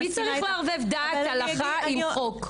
מי צריך לערבב דת והלכה עם חוק?